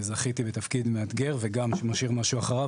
זכיתי בתפקיד מאתגר וגם שמשאיר משהו אחריו.